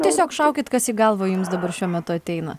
tiesiog šaukit kas į galvą jums dabar šiuo metu ateina